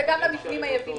זה גם המבנים היבילים,